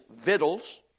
vittles